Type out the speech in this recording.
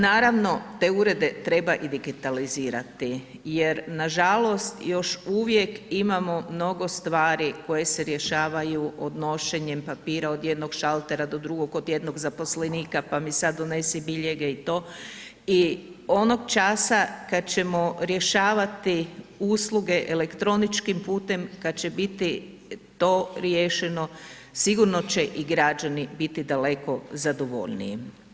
Naravno te urede treba i digitalizirati jer nažalost još uvijek imamo mnogo stvari koje se rješavaju odnošenjem papira od jednog šaltera do drugog, od jednog zaposlenika pa mi sad donesi biljege i to i onog časa kad ćemo rješavati usluge elektroničkim putem, kad će biti to riješeno sigurno će i građani biti daleko zadovoljniji.